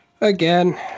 again